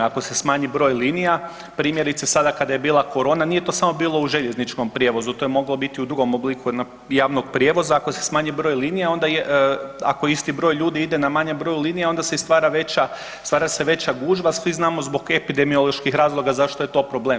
Ako se manji broj linija, primjerice sada kada je bila korona nije to bilo samo u željezničkom prijevozu, to je moglo biti u drugom obliku javnog prijevoza ako se smanji broj linija, ako isti broj ljudi ide na manji broj linija onda se stvara veća gužva, svi znamo zbog epidemioloških razloga zašto je to problem.